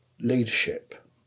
leadership